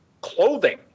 clothing